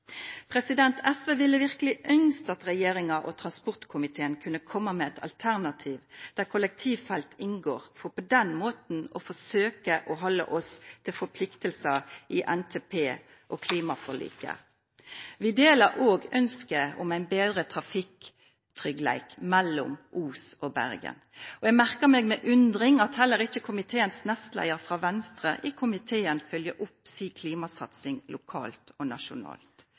SV hadde virkelig ønsket at regjeringen og transportkomiteen kunne kommet med et alternativ der kollektivfelt inngår, for på den måten å forsøke å holde oss til forpliktelser i NTP og klimaforliket. Vi deler også ønsket om en bedre trafikksikkerhet mellom Os og Bergen. Jeg merker meg med undring at heller ikke komiteens nestleder fra Venstre følger opp klimasatsingen lokalt og nasjonalt.